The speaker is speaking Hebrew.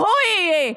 והוא יהיה.